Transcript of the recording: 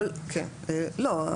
לא,